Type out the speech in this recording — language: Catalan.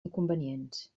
inconvenients